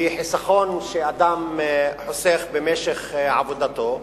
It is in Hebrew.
היא חיסכון שאדם חוסך במשך עבודתו,